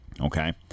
Okay